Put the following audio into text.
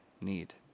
need